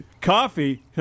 Coffee